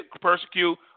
persecute